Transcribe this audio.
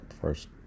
first